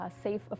safe